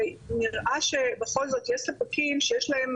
ונראה שבכל זאת יש ספקים שיש להם